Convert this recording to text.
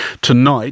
tonight